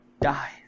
die